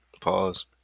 Pause